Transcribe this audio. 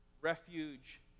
refuge